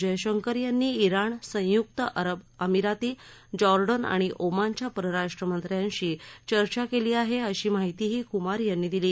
जयशंकर यांनी इराण संयुक्त अरब अमिराती जॉर्डन आणि ओमानच्या परराष्ट्र मंत्र्यांशी चर्चा केली आहे अशी माहितीही कुमार यांनी दिली